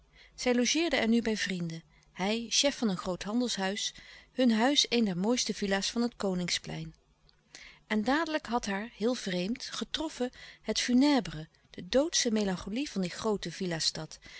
zij logeerde er nu bij vrienden hij chef van een groot handelshuis hun huis een der mooiste villa's van het koningsplein en dadelijk had haar heel vreemd louis couperus de stille kracht getroffen het funèbre de doodsche melancholie van die groote villa stad